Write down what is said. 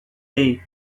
day